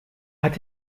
hat